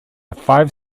five